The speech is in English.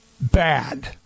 bad